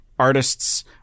artists